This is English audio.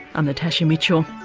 i'm natasha mitchell,